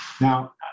Now